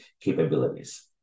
capabilities